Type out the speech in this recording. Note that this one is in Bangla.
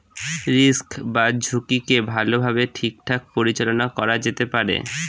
রিস্ক বা ঝুঁকিকে ভালোভাবে ঠিকঠাক পরিচালনা করা যেতে পারে